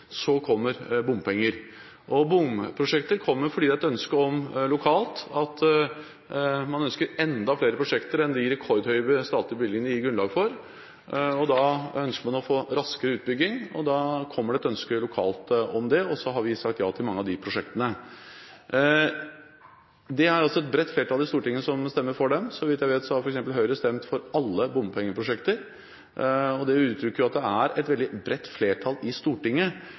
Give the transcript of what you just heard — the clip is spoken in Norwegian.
kommer bompenger. Bomprosjekter kommer fordi det er et ønske om det lokalt, man ønsker enda flere prosjekter enn det de rekordhøye statlige bevilgningene gir grunnlag for. Man ønsker å få raskere utbygging, og da kommer det et ønske lokalt om det. Så har vi sagt ja til mange av de prosjektene. Det er altså et bredt flertall i Stortinget som har stemt for dem. Så vidt jeg vet, har f.eks. Høyre stemt for alle bompengeprosjekter. Det uttrykker at det er et veldig bredt flertall i Stortinget